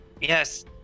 yes